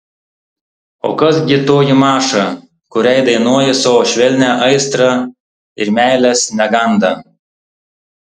o kas gi toji maša kuriai dainuoji savo švelnią aistrą ir meilės negandą